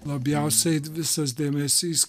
labiausiai visas dėmesys